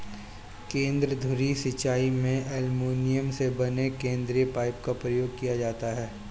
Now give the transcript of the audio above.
केंद्र धुरी सिंचाई में एल्युमीनियम से बने केंद्रीय पाइप का प्रयोग किया जाता है